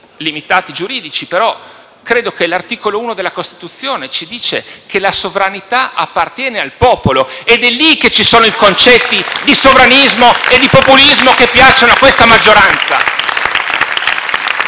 studi giuridici, ma credo che l'articolo 1 della Costituzione affermi che la sovranità appartiene al popolo ed è lì che ci sono i concetti di sovranismo e pupulismo che piacciono a questa maggioranza.